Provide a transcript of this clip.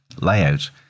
layout